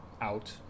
out